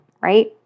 right